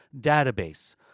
database